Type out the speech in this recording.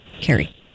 Carrie